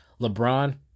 LeBron